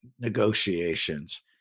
negotiations